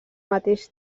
mateix